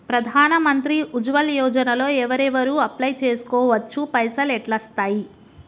ప్రధాన మంత్రి ఉజ్వల్ యోజన లో ఎవరెవరు అప్లయ్ చేస్కోవచ్చు? పైసల్ ఎట్లస్తయి?